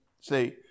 See